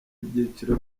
byiciro